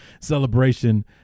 celebration